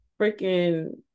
freaking